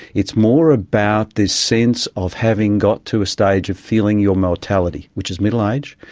it's more about this sense of having got to a stage of feeling your mortality, which is middle age,